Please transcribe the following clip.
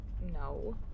No